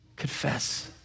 Confess